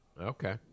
Okay